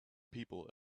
people